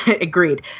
agreed